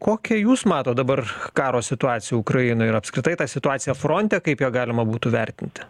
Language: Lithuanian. kokią jūs matot dabar karo situaciją ukrainoj ir apskritai tą situaciją fronte kaip ją galima būtų vertinti